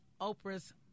Oprah's